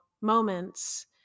moments